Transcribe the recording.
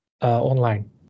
online